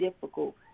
difficult